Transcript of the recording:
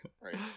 Right